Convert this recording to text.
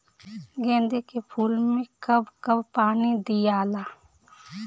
गेंदे के फूल मे कब कब पानी दियाला?